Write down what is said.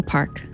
Park